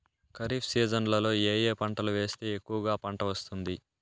ఖరీఫ్ సీజన్లలో ఏ ఏ పంటలు వేస్తే ఎక్కువగా పంట వస్తుంది?